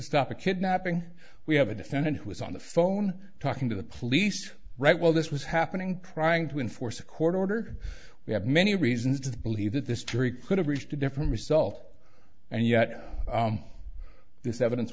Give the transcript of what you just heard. stop a kidnapping we have a defendant who is on the phone talking to the police right well this was happening trying to enforce a court order we have many reasons to believe that this jury could have reached a different result and yet this evidence